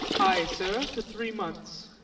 ay, sir, for three months.